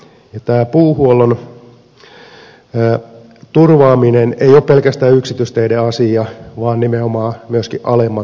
ja tämä puuhuollon turvaaminen ei ole pelkästään yksityisteiden asia vaan nimenomaan myöskin alemman tieverkon asia